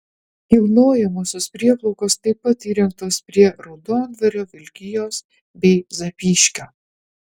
kilnojamosios prieplaukos taip pat įrengtos prie raudondvario vilkijos bei zapyškio